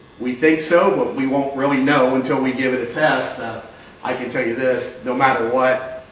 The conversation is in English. we think so, but we won't really know until we give it a test. um i can tell you this. no matter what,